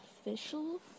official